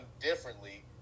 differently